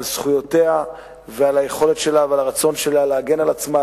זכויותיה ועל היכולת שלה ועל הרצון שלה להגן על עצמה,